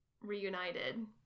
reunited